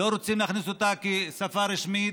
לא רוצים להכניס אותה כשפה רשמית,